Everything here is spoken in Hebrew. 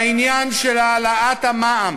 בהעלאת המע"מ.